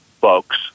folks